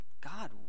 God